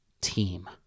team